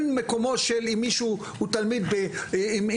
אם מישהו הוא תלמיד מעבדה,